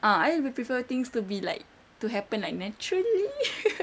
ah I lebih prefer things to be like to happen like naturally